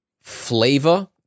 Flavor